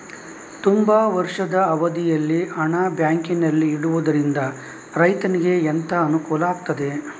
ತುಂಬಾ ವರ್ಷದ ಅವಧಿಯಲ್ಲಿ ಹಣ ಬ್ಯಾಂಕಿನಲ್ಲಿ ಇಡುವುದರಿಂದ ರೈತನಿಗೆ ಎಂತ ಅನುಕೂಲ ಆಗ್ತದೆ?